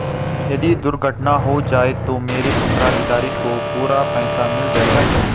यदि दुर्घटना हो जाये तो मेरे उत्तराधिकारी को पूरा पैसा मिल जाएगा?